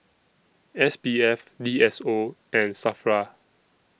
S P F D S O and SAFRA